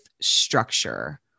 structure